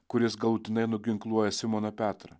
kuris galutinai nuginkluoja simoną petrą